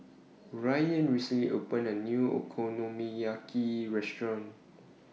Ryann recently opened A New Okonomiyaki Restaurant